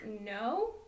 No